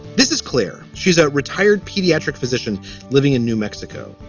this is clear. she's a retired pediatric physician living in new mexico.